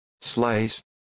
slice